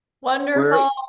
Wonderful